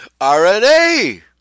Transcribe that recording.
RNA